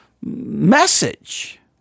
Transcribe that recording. message